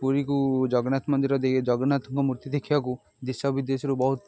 ପୁରୀକୁ ଜଗନ୍ନାଥ ମନ୍ଦିର ଦେ ଜଗନ୍ନାଥଙ୍କ ମୂର୍ତ୍ତି ଦେଖିବାକୁ ଦେଶ ବିଦେଶରୁ ବହୁତ